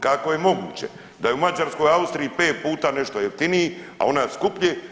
Kako je moguće da je u Mađarskoj, Austriji pet puta nešto jeftinije a u nas skuplje.